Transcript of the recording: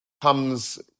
comes